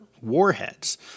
warheads